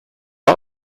are